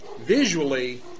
visually